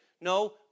No